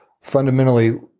Fundamentally